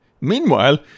Meanwhile